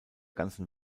ganzen